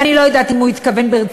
ואני לא יודעת אם הוא התכוון ברצינות,